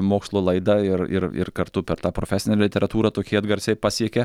mokslo laidą ir ir ir kartu per tą profesinę literatūrą tokie atgarsiai pasiekia